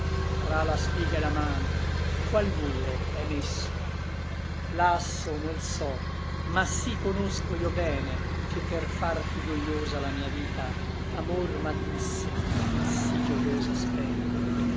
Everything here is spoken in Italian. tra la spiga et la man qual muro è messo lasso nol so ma sí conosco io bene che per far piú dogliosa la mia vita amor m'addusse in sí gioiosa spene